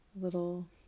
little